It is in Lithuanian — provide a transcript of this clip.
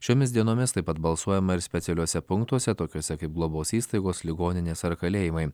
šiomis dienomis taip pat balsuojama ir specialiuose punktuose tokiuose kaip globos įstaigos ligoninės ar kalėjimai